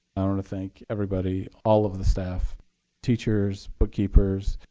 i want to thank everybody, all of the staff teachers, bookkeepers,